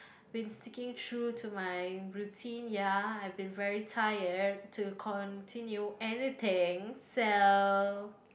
been seeking through to my routine ya I've been very tired to continue anything so